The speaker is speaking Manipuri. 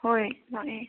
ꯍꯣꯏ ꯂꯥꯛꯑꯦ